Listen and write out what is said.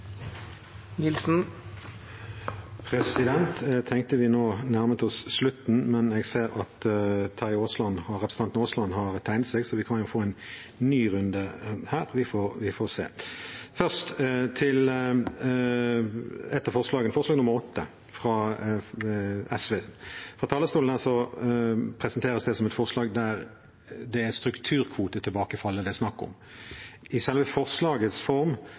Jeg tenkte at vi nå nærmet oss slutten, men jeg ser at representanten Aasland har tegnet seg, så vi kan få en ny runde – vi får se. Først til et av forslagene, forslag nr. 8, fra SV. Fra talerstolen presenteres det som et forslag der det er snakk om strukturkvotetilbakefallet. I selve forslaget framstår det som at det er